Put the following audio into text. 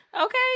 Okay